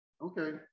Okay